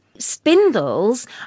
Spindles